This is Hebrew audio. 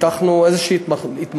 פיתחנו איזו התמחות.